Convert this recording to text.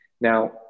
Now